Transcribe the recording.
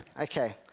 okay